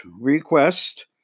request